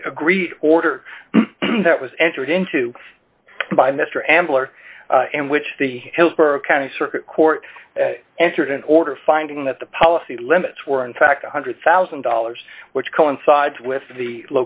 the agreed order that was entered into by mr ambler and which the hillsborough county circuit court entered an order finding that the policy limits were in fact one hundred thousand dollars which coincides with the